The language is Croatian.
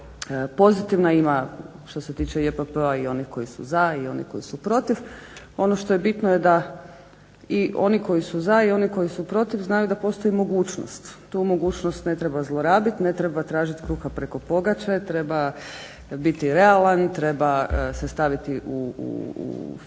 bila pozitivna. Ima što se tiče JPP-a i onih koji su za i onih koji su protiv. Ono što je bitno da i oni koji su za i oni koji su protiv znaju da postoji mogućnost. Tu mogućnost ne treba zlorabit, ne treba tražit kruha preko pogače. Treba biti realan. Treba se staviti u fiskalni